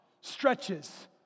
stretches